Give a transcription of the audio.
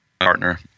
partner